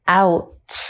out